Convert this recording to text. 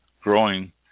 growing